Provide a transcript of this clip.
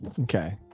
Okay